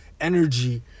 energy